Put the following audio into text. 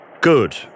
Good